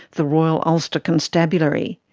the royal ulster constabulary.